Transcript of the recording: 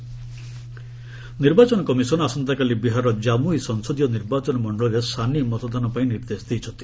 ରି ପୁଲିଂ ବିହାର ନିର୍ବାଚନ କମିଶନ ଆସନ୍ତାକାଲି ବିହାରର ଜାମୁଇ ସଂସଦୀୟ ନିର୍ବାଚନ ମଣ୍ଡଳୀରେ ସାନି ମତଦାନ ପାଇଁ ନିର୍ଦ୍ଦେଶ ଦେଇଛନ୍ତି